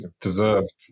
Deserved